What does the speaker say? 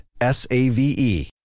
S-A-V-E